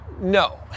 no